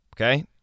okay